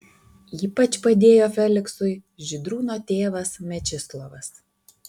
ypač padėjo feliksui žydrūno tėvas mečislovas